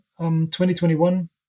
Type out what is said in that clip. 2021